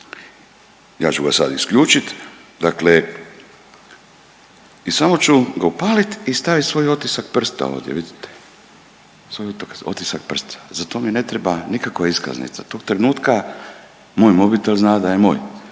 ja ću ga sad isključiti, dakle i samo ću ga upaliti i staviti svoj otisak prsta ovdje, vidite, svoj otisak prsta. Za to mi ne treba nikakva iskaznica. Tog trenutka moj mobitel zna da je moj,